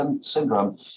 syndrome